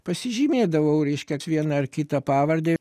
pasižymėdavau reiškia vieną ar kitą pavardę